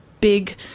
big